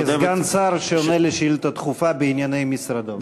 כסגן שר שעונה על שאילתה דחופה בענייני משרדו.